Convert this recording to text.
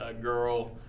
girl